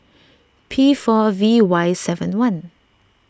P four V Y seven one